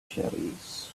cherries